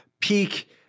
peak